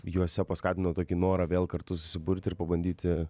juose paskatino tokį norą vėl kartu susiburti ir pabandyti